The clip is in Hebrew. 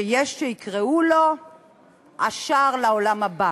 שיש שיקראו לו השער לעולם הבא?